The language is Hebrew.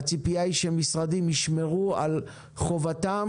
הציפייה היא שמשרדים ישמרו על חובתם